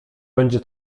będzie